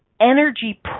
energy